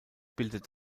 bildet